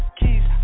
keys